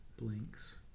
Blinks